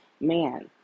man